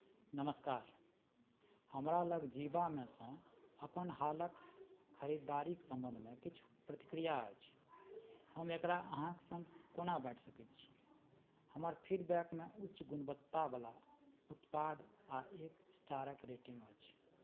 नमस्कार हमरा लग जीवामेसँ अपन हालक खरीददारिक सम्बन्धमे किछु प्रतिक्रिया अछि हम एकरा अहाँक सङ्ग कोना बाँटि सकैत छी हमर फीड बैकमे उच्च गुणवत्तावला उत्पाद आओर एक स्टारक रेटिंग अछि